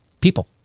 People